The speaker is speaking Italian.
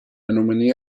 anomalie